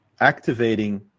activating